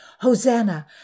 Hosanna